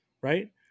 right